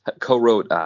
co-wrote